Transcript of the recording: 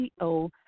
CEO